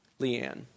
Leanne